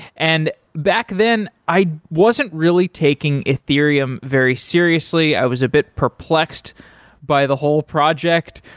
and back then, i wasn't really taking ethereum very seriously. i was a bit perplexed by the whole project.